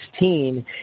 2016